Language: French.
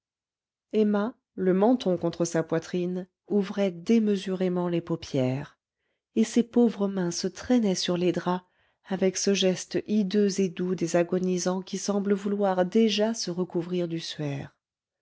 emma le menton contre sa poitrine ouvrait démesurément les paupières et ses pauvres mains se traînaient sur les draps avec ce geste hideux et doux des agonisants qui semblent vouloir déjà se recouvrir du